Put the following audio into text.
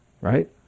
right